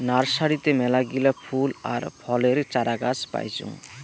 নার্সারিতে মেলাগিলা ফুল আর ফলের চারাগাছ পাইচুঙ